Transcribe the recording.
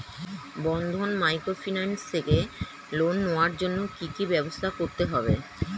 বন্ধন microfinance থেকে loan নেওয়ার জন্য কি কি ব্যবস্থা করতে হবে?